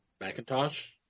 Macintosh